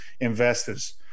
investors